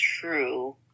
true